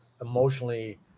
emotionally